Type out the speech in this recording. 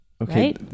Okay